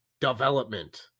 development